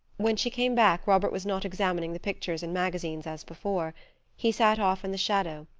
when she came back robert was not examining the pictures and magazines as before he sat off in the shadow,